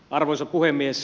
arvoisa puhemies